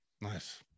Nice